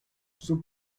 sul